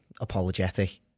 apologetic